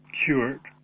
cured